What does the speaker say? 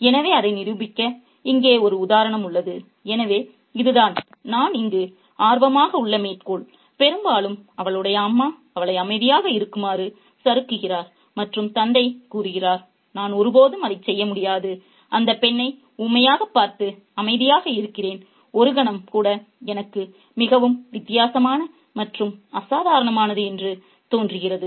எனவே அதை நிரூபிக்க இங்கே ஒரு உதாரணம் உள்ளது எனவே இதுதான் நான் இங்கு ஆர்வமாக உள்ள மேற்கோள் "பெரும்பாலும் அவளுடைய அம்மா அவளை அமைதியாக இருக்குமாறு சறுக்குகிறார்" மற்றும் தந்தை கூறுகிறார் "நான் ஒருபோதும் அதை செய்ய முடியாது அந்த பெண்ணை ஊமையாகப் பார்த்து அமைதியாக இருக்கிறேன் ஒரு கணம் கூட எனக்கு மிகவும் வித்தியாசமான மற்றும் அசாதாரணமானது என்று தோன்றுகிறது